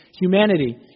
humanity